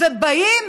ובאים